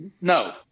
no